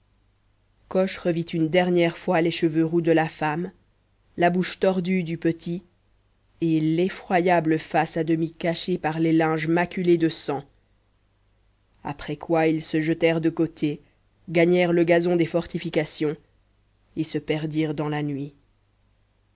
coche revit une dernière fois les cheveux roux de la femme la bouche tordue du petit et l'effroyable face à demi cachée par les linges maculés de sang après quoi ils se jetèrent de côté gagnèrent le gazon des fortifications et se perdirent dans la nuit